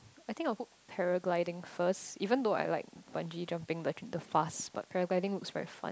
I think I'll put paragliding first even though I like bungee jumping the fast but paragliding looks very fun